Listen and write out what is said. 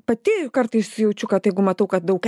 pati kartais jaučiu kad jeigu matau kad daug